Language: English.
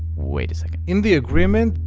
wait a second. in the agreement,